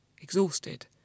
Exhausted